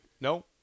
No